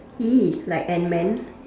!ee! like Ant man